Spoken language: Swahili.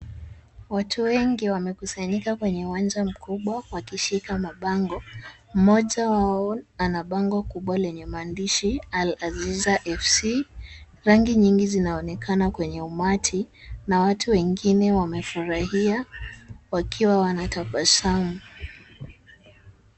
Watu wengi wamekusanyika kwenye uwanja mkubwa wakishika mabango. Mmoja wao ana bango kubwa lenye maandishi Al Aziza FC. Rangi nyingi zinaonekana kwenye umati na watu wengine wamefurahia wakiwa wanatabasamu.